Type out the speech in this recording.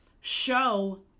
show